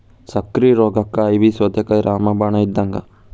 ಸಕ್ಕ್ರಿ ರೋಗಕ್ಕ ಐವಿ ಸೋರೆಕಾಯಿ ರಾಮ ಬಾಣ ಇದ್ದಂಗ